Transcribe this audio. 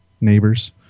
neighbors